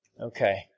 Okay